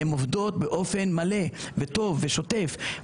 הן עובדות באופן מלא וטוב ושוטף.